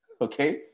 Okay